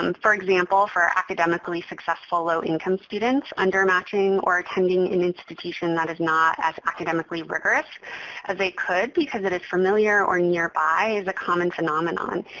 um for example, for academically successful low-income students, undermatching or attending an institution that is not as academically rigorous as they could because it is familiar or nearby is a common phenomenon,